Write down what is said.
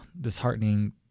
disheartening